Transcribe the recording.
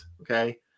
Okay